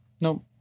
Nope